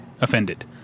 offended